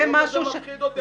זה לא מפחיד אותי.